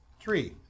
Three